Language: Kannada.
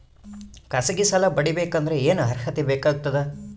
ಖಾಸಗಿ ಸಾಲ ಪಡಿಬೇಕಂದರ ಏನ್ ಅರ್ಹತಿ ಬೇಕಾಗತದ?